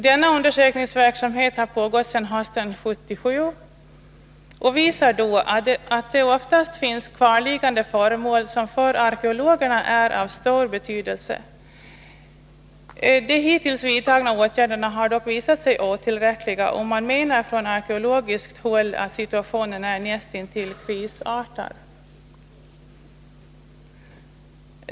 Denna undersökningsverksamhet har pågått sedan hösten 1977 och har visat att det oftast finns kvarliggande föremål, som för arkeologerna är av stor betydelse. De hittills vidtagna åtgärderna har dock visat sig otillräckliga, och man menar från arkeologiskt håll att situationen är nästintill krisartad.